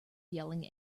yelling